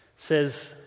says